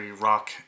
Rock